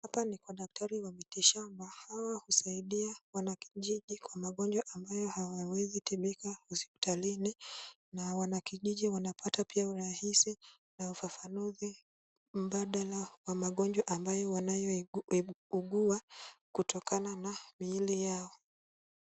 Hapa ni kwa daktari wa miti shamba. Hawa husadia wanakijiji kwa magonjwa ambayo hayawezi tibika hospitalini na wanakijiji wanapata pia urahisi na ufafanuzi mbadala wa magonjwa ambayo wanayougua kutokana na miili yao.